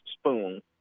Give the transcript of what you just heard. Spoon